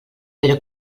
però